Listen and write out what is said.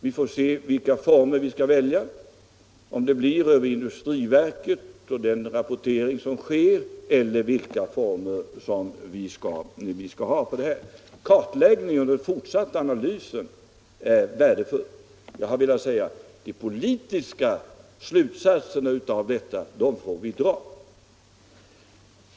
Vi får se vilka former vi skall välja — om det skall ske via industriverket och den rapportering som där förekommer eller om det skall ske i andra former. Kartläggningen och den fortsatta analysen är värdefulla. De politiska slutsatserna av detta får vi dra.